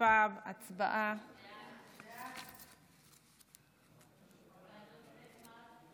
ההצעה חוזרת לדיון בוועדת הכלכלה.